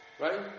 Right